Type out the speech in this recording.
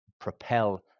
propel